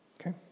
Okay